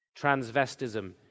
transvestism